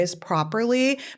properly